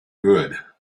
good